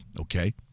okay